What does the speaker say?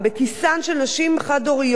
בכיסן של נשים חד-הוריות,